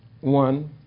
one